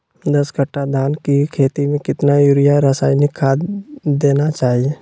दस कट्टा धान की खेती में कितना यूरिया रासायनिक खाद देना चाहिए?